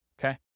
Okay